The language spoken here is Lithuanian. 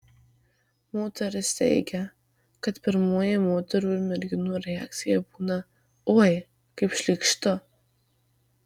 moteris teigia kad pirmoji moterų ir merginų reakcija būna oi kaip šlykštu